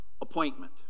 appointment